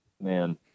Man